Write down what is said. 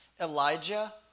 Elijah